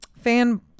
fan